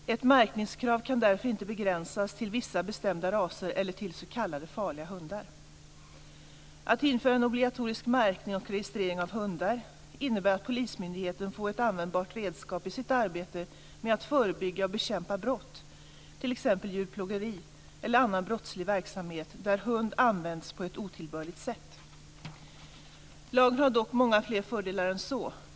Ett märkningskrav kan därför inte begränsas till vissa bestämda raser eller till s.k. farliga hundar. Att införa en obligatorisk märkning och registrering av hundar innebär att polismyndigheten får ett användbart redskap i sitt arbete med att förebygga och bekämpa brott, t.ex. djurplågeri eller annan brottslig verksamhet där hund används på ett otillbörligt sätt. Lagen har dock många fler fördelar än så.